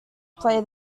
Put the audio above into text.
play